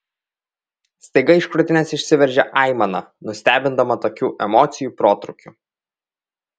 staiga iš krūtinės išsiveržė aimana nustebindama tokiu emocijų protrūkiu